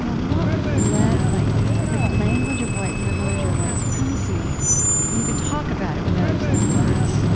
you know we won't let like like language of white privilege or white supremacy you can talk about it without using the words.